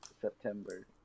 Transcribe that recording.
September